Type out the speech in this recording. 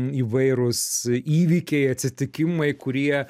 įvairūs įvykiai atsitikimai kurie